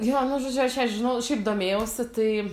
jo nu žodžiu aš ją žinau šiaip domėjausi tai